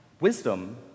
wisdom